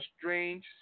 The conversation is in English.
strange